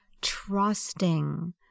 trusting